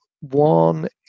one